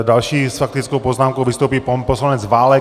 Další s faktickou poznámkou vystoupí pan poslanec Válek.